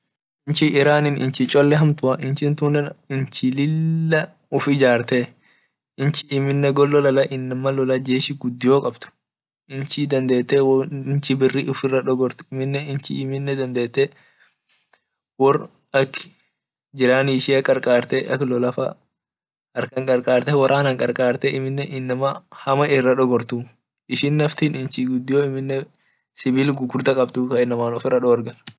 Inchi iran inchi cholle hamtu inchitunne inchi lila uf ijartee inchi amiine guya lola jeshi gudio kabd inchi dandete inchi birri ufira dogort amine inchi wor jirani ishia karkate ak lolafaa harkan karkati woran qarkakte amine inama hama ira dogortu ishin nafti inchi gudio ta sibil gudio inama ufira dorge kabd.